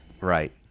Right